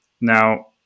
Now